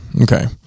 Okay